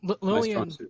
Lillian